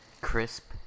Crisp